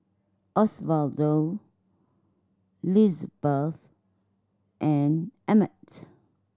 Osvaldo Lizbeth and Emmett